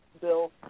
bill